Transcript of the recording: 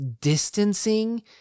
distancing